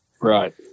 Right